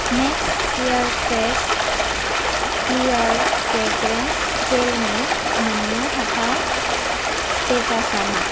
max air fresh clear fragrance जेलनि मोननो हाथाव स्टेटासा मा